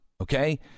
Okay